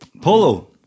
Polo